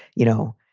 you know,